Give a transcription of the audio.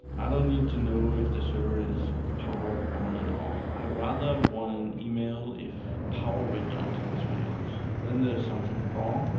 i don't need to know if the server is powered on and off. i rather want an email if power redundancy fails. then there's something wrong.